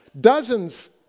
Dozens